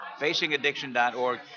Facingaddiction.org